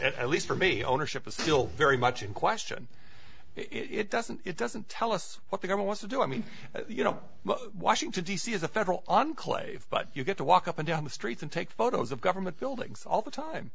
at least for me ownership is still very much in question it doesn't it doesn't tell us what i want to do i mean you know washington d c is a federal enclave but you get to walk up and down the streets and take photos of government buildings all the time